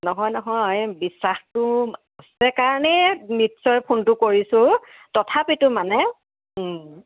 নহয় নহয় বিশ্বাসটো আছে কাৰণেই নিশ্চয় ফোনটো কৰিছোঁ তথাপিতো মানে